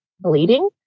bleeding